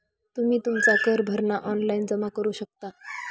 तुम्ही तुमचा कर भरणा ऑनलाइन जमा करू शकता